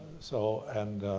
so, and